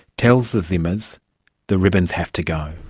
tells the zimmers the ribbons have to go.